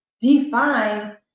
define